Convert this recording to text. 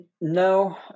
No